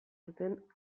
zuten